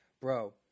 bro